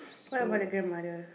what about the grandmother